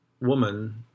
woman